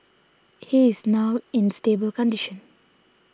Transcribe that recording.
he is now in stable condition